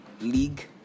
league